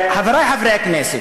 חברי חברי הכנסת,